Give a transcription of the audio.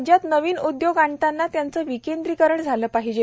राज्यात नवीन उद्योग आणताना त्याचे विकेंद्रीकरण झाले पाहिजे